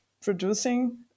producing